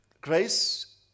grace